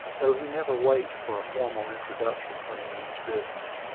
though he never waits for a formal introduction when he means business.